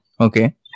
Okay